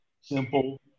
simple